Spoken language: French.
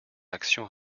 action